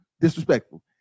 Disrespectful